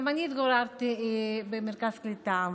גם אני התגוררתי במרכז קליטה,